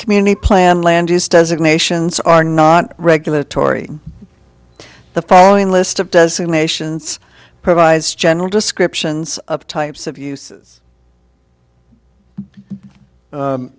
community plan land is designations are not regulatory the following list of dozen nations provides general descriptions of types of uses